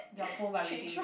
your phone vibrating